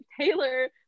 Taylor